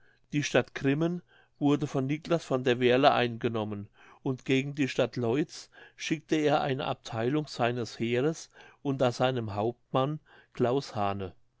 die stadt grimmen wurde von niclas von der werle eingenommen und gegen die stadt loitz schickte er eine abtheilung seines heeres unter seinem hauptmann claus hane